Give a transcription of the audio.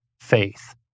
faith